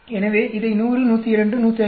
எனவே இதை 100 102 105